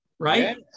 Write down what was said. right